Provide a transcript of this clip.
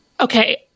Okay